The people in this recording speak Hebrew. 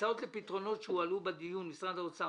הצעות לפתרונות שהועלו בדיון: "משרד האוצר,